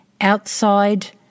outside